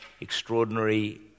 extraordinary